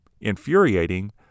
infuriating